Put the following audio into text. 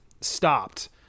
stopped